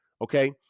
Okay